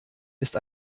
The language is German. ist